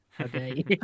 Okay